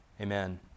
Amen